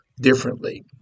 differently